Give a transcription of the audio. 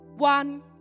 One